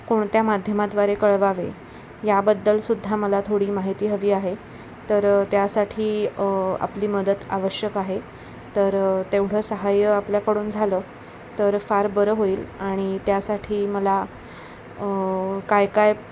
कोणत्या माध्यमाद्वारे कळवावे याबद्दलसुद्धा मला थोडी माहिती हवी आहे तर त्यासाठी आपली मदत आवश्यक आहे तर तेवढं सहाय्य आपल्याकडून झालं तर फार बरं होईल आणि त्यासाठी मला काय काय